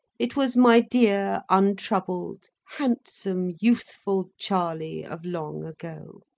it was my dear, untroubled, handsome, youthful charley of long ago.